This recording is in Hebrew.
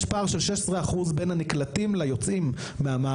יש פער של 16 אחוז בין הנקלטים ליוצאים מהמערכת,